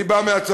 אני בא מהצפון,